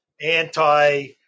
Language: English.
Anti